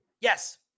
Yes